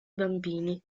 bambini